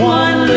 one